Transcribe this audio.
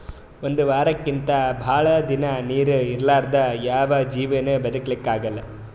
ಒಂದ್ ವಾರಕ್ಕಿಂತ್ ಭಾಳ್ ದಿನಾ ನೀರ್ ಇರಲಾರ್ದೆ ಯಾವ್ ಜೀವಿನೂ ಬದಕಲಕ್ಕ್ ಆಗಲ್ಲಾ